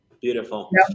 beautiful